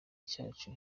cacu